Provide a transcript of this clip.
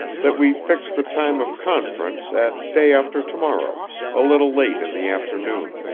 that we fix the time of conference at day after to-morrow a little late in the afternoon.